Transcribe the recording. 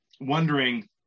wondering